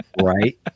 Right